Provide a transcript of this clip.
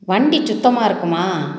வண்டி சுத்தமாக இருக்குமா